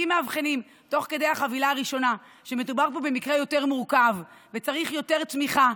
תוך כדי החבילה הראשונה שמדובר פה במקרה יותר מורכב ושצריך יותר תמיכה,